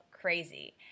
crazy